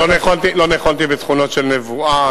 לא ניחנתי בתכונות של נבואה,